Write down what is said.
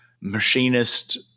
machinist